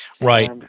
Right